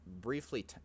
briefly